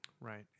Right